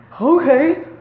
okay